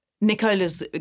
Nicola's